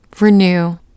renew